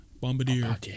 Bombardier